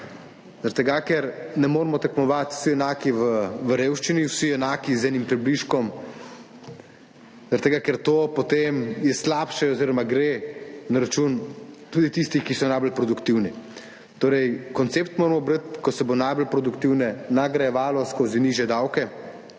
tega, ker ne moremo tekmovati vsi enaki v revščini, vsi enaki z enim približkom, zaradi tega, ker je to potem slabše oziroma gre na račun tudi tistih, ki so najbolj produktivni. Torej, koncept moramo brati: ko se bo najbolj produktivne nagrajevalo skozi nižje davke